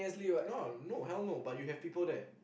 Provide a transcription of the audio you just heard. no no hell no but you have people there